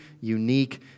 unique